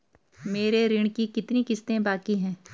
मेरे ऋण की कितनी किश्तें बाकी हैं?